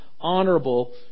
honorable